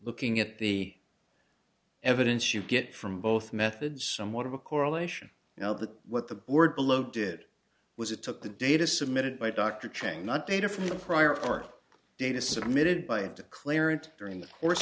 looking at the evidence you get from both methods somewhat of a correlation you know that what the word below did was it took the data submitted by dr trying not data from the prior four data submitted by the clarence during the course